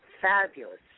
fabulous